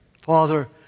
Father